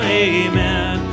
amen